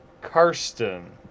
Karsten